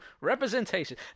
Representation